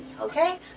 Okay